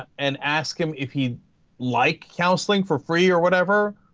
and ask him if he like callously for free or whatever